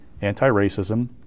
anti-racism